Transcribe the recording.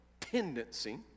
tendency